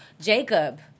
Jacob